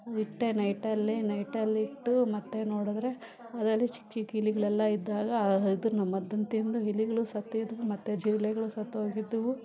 ಇಟ್ಟೆ ನೈಟಲ್ಲಿ ನೈಟಲ್ಲಿಟ್ಟು ಮತ್ತು ನೋಡಿದ್ರೆ ಅದರಲ್ಲಿ ಚಿಕ್ಕ ಚಿಕ್ಕ ಇಲಿಗಳೆಲ್ಲ ಇದ್ದಾಗ ಅದನ್ನು ಮದ್ದನ್ನು ತಿಂದು ಇಲಿಗಳು ಸತ್ತಿದ್ವು ಮತ್ತು ಜಿರಳೆಗ್ಳು ಸತ್ತೋಗಿದ್ದವು